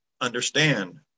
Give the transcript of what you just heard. understand